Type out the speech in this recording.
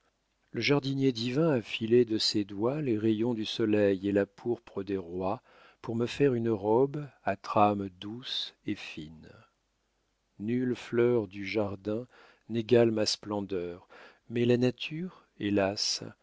le jardinier divin a filé de ses doigts les rayons du soleil et la pourpre des rois pour me faire une robe à trame douce et fine nulle fleur du jardin n'égale ma splendeur mais la nature hélas